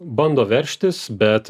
bando veržtis bet